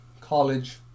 college